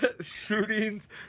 Shootings